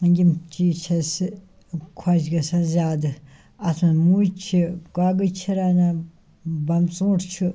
یِم چیٖز چھِ اَسہِ خۄش گژھان زیادٕ آسان مُج چھِ گۄگٕج چھِ رَنان بَم ژھوٗنٛٹھ چھِ